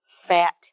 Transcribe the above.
fat